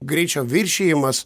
greičio viršijimas